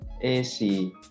AC